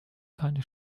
keine